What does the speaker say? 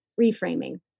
reframing